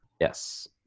Yes